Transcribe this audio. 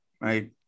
right